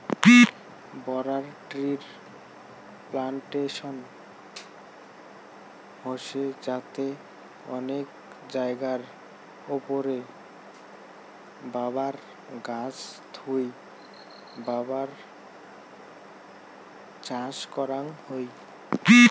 rubber ট্রির plantation হসে যাতে অনেক জায়গার ওপরে রাবার গাছ থুই রাবার চাষ করাং হই